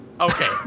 Okay